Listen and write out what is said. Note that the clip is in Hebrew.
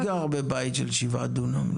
מי גר בבית של שבעה דונם?